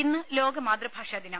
ഇന്ന് ലോക മാതൃഭാഷാ ദിനം